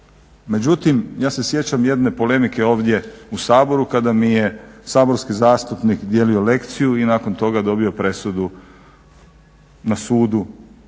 Međutim, ja se sjećam jedne polemike ovdje u Saboru kada mi je saborski zastupnik dijelio lekciju i nakon toga dobio presudu na sudu